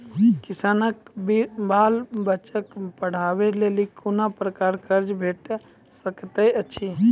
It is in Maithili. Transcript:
किसानक बाल बच्चाक पढ़वाक लेल कून प्रकारक कर्ज भेट सकैत अछि?